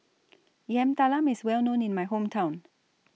Yam Talam IS Well known in My Hometown